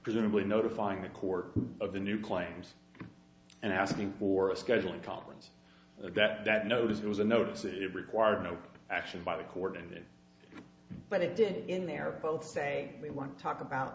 presumably notifying the court of the new claims and asking for a scheduling conference notice there was a notice that it required no action by the coordinator but it did in their both say they want to talk about